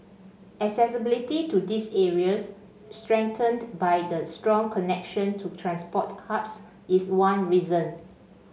accessibility to these areas strengthened by the strong connection to transport hubs is one reason